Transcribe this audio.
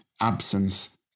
absence